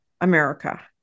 America